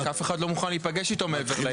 אף אחד לא מוכן להיפגש איתו מעבר לים.